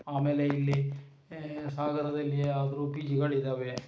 ಆಮೇಲೆ ಇಲ್ಲಿ ಸಾಗರದಲ್ಲಿ ಆದರೂ ಪಿ ಜಿಗಳು ಇದ್ದಾವೆ